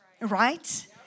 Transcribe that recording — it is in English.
Right